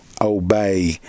obey